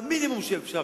במינימום שאפשר,